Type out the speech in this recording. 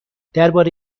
درباره